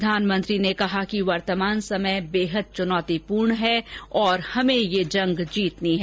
प्रधानमंत्री ने कहा कि वर्तमान समय बेहद चुनौतीपूर्ण है और हमें ये जंग जीतनी है